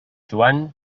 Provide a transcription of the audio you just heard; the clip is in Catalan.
joan